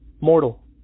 Mortal